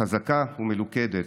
חזקה ומלוכדת,